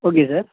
okay sir